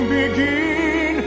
begin